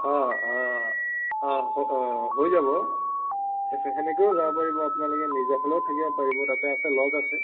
অ' অ' অ' অ' হৈ যাব সেনেকেও যাব পাৰিব আপোনালোকে মিৰ্জা ফালেও থাকিব পাৰিব তাতে আছে লজ আছে